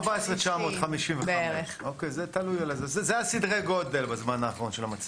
היום 14,955. זה סדרי הגודל בזמן האחרון של המצבה.